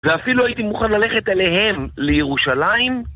ואפילו הייתי מוכן ללכת אליהם לירושלים?